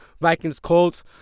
Vikings-Colts